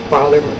Father